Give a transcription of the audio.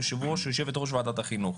יושבת-ראש ועדת החינוך.